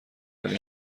ولی